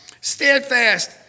steadfast